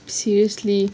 seriously